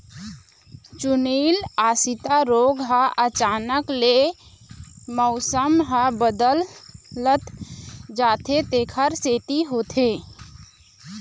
चूर्निल आसिता रोग ह अचानक ले मउसम ह बदलत जाथे तेखर सेती होथे